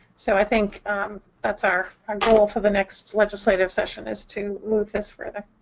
so i think that's our our goal for the next legislator session is to move this further.